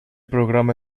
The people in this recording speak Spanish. programa